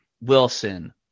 Wilson